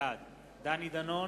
בעד דני דנון,